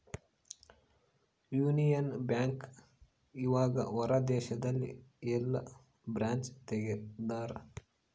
Union bank ಇವಗ ಹೊರ ದೇಶದಲ್ಲಿ ಯೆಲ್ಲ ಬ್ರಾಂಚ್ ತೆಗ್ದಾರ